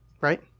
right